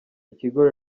ikigo